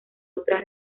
otras